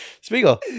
Spiegel